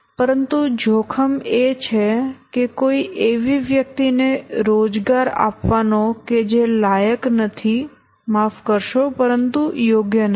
પરંતુ જોખમ એ છે કે કોઈ એવી વ્યક્તિને રોજગાર આપવાનો છે કે જે લાયક નથી માફ કરશો પરંતુ યોગ્ય નથી